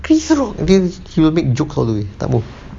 chris rock dia he will make jokes all the way tak mahu